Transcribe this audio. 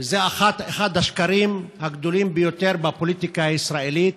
וזה אחד השקרים הגדולים ביותר בפוליטיקה הישראלית,